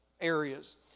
areas